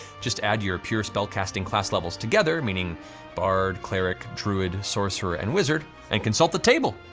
just add your pure spellcasting class levels together, meaning bard, cleric, druid, sorcerer, and wizard, and consult the table!